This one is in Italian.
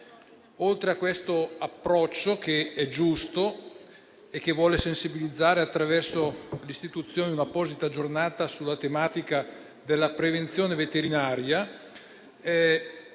Oltre a questo approccio, che è giusto e che vuole sensibilizzare attraverso l'istituzione di un'apposita Giornata sulla tematica della prevenzione veterinaria,